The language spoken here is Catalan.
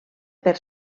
per